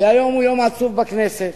כי היום הוא יום עצוב בכנסת.